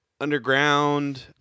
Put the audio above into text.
underground